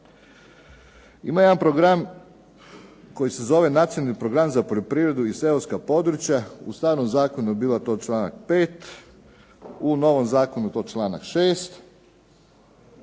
Ima jedan program koji se zove Nacionalni program za poljoprivredu i seoska područja. U starom zakonu bio je to članak 5, u novom zakonu je to članak 6,